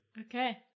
Okay